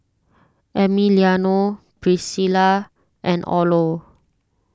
Emiliano Priscila and Orlo